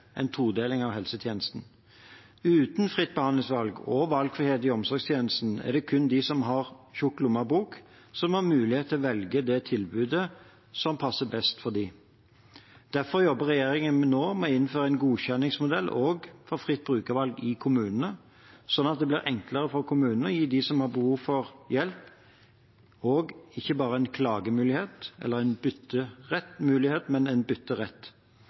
en todeling av helsetjenesten. Uten fritt behandlingsvalg og valgfrihet i omsorgstjenesten er det kun de som har tjukk lommebok, som har mulighet til å velge det tilbudet som passer best for dem. Derfor jobber regjeringen nå med å innføre en godkjenningsmodell for fritt brukervalg i kommunene, slik at det blir enklere for kommunene å gi dem som har behov for hjelp, en bytterett, og ikke bare en